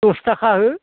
दस थाखा हो